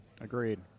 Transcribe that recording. Agreed